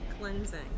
cleansing